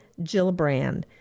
Gillibrand